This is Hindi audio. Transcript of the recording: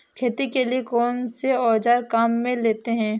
खेती के लिए कौनसे औज़ार काम में लेते हैं?